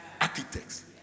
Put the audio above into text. architects